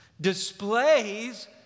Displays